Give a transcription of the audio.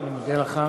אני מודה לך.